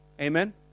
amen